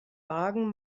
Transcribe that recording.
wagen